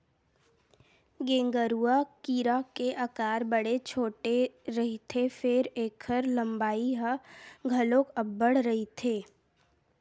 गेंगरूआ कीरा के अकार बड़े छोटे रहिथे फेर ऐखर लंबाई ह घलोक अब्बड़ रहिथे